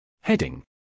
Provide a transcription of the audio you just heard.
Heading